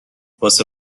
واسه